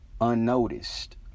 unnoticed